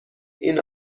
این